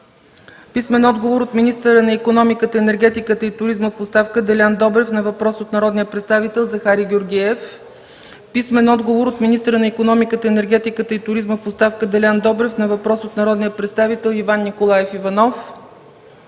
Евгений Желев; - министъра на икономиката, енергетиката и туризма в оставка Делян Добрев на въпрос от народния представител Захари Георгиев; - министъра на икономиката, енергетиката и туризма в оставка Делян Добрев на два въпроса от народния представител Иван Николаев Иванов;